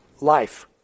Life